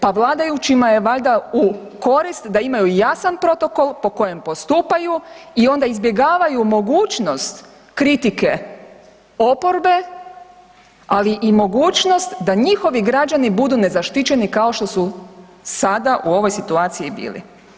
Pa vladajućima je valjda u korist da imaju jasan protokol po kojem postupaju i onda izbjegavaju mogućnost kritike oporbe, ali i mogućnost da njihovi građani budu nezaštićeni kao što su sada u ovoj situaciji bili.